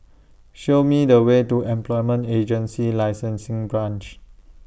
Show Me The Way to Employment Agency Licensing Branch